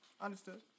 Understood